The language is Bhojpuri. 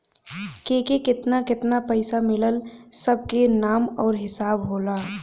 केके केतना केतना पइसा मिलल सब के नाम आउर हिसाब होला